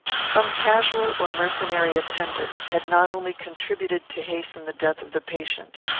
some casual or mercenary attendant had not only contributed to hasten the death of the patient,